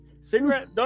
Cigarette